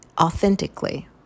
authentically